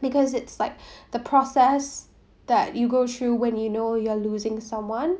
because it's like the process that you go through when you know you're losing someone